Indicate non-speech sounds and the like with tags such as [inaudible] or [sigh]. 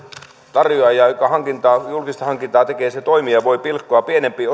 toimija joka julkista hankintaa tekee pilkkoa pienempiin [unintelligible]